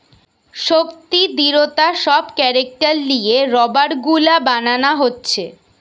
শক্তি, দৃঢ়তা সব ক্যারেক্টার লিয়ে রাবার গুলা বানানা হচ্ছে